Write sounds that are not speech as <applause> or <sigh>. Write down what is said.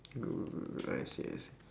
<noise> I see I see